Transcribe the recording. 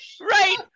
Right